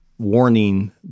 warning